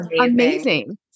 amazing